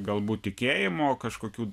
galbūt tikėjimo kažkokių